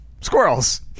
Squirrels